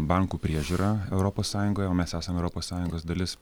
bankų priežiūra europos sąjungoje o mes esame europos sąjungos dalis